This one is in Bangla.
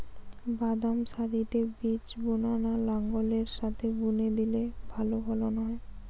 বাদাম সারিতে বীজ বোনা না লাঙ্গলের সাথে বুনে দিলে ভালো ফলন হয়?